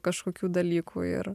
kažkokių dalykų ir